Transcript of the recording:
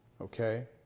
Okay